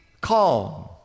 calm